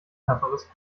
knapperes